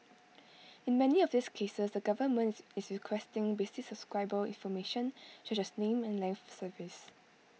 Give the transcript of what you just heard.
in many of these cases the government is is requesting basic subscriber information such as name and length of service